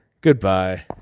Goodbye